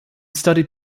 studied